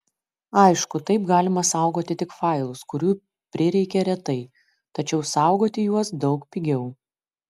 aišku taip galima saugoti tik failus kurių prireikia retai tačiau saugoti juos daug pigiau